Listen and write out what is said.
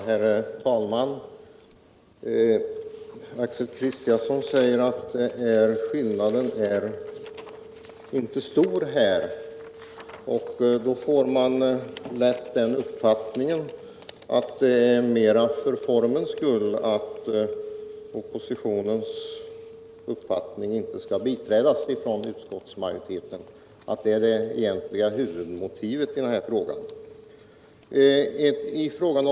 Herr talman! Axel Kristiansson säger att skillnaden mellan utskottsmajoriteten och reservanterna inte är så stor. Det ger lätt uppfattningen att det mera är för formens skull som utskottsmajoriteten inte vill biträda oppositionens förslag. Det tycks vara huvudmotivet för avslagsyrkandet.